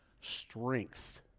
strength